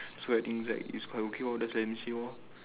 so I think it's like it's quite okay lor that's why I miss you lor